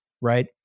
right